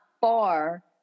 far